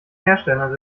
herstellern